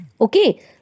okay